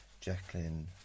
Jacqueline